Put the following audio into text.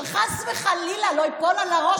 שחס וחלילה לא ייפול על הראש,